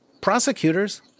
prosecutors—